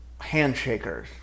handshakers